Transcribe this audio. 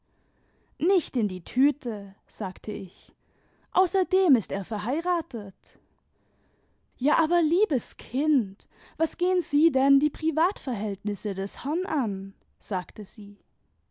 nicht in die tüte sagte ich außerdem ist er verheiratet ja aber liebes kind was gehn sie denn die privatverhältnisse des herrn an sagte sie